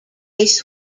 race